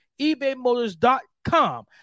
ebaymotors.com